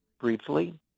briefly